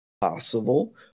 possible